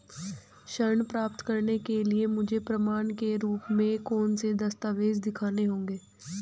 ऋण प्राप्त करने के लिए मुझे प्रमाण के रूप में कौन से दस्तावेज़ दिखाने होंगे?